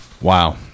Wow